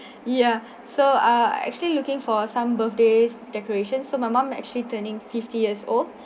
yeah so uh actually looking for some birthdays decorations so my mum actually turning fifty years old